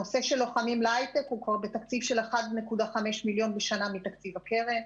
הנושא של "לוחמים להייטק" מתוקצב כבר ב-1.5 מיליון בשנה מתקציב הקרן.